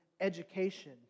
education